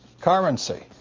currency.